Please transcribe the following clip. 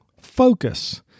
focus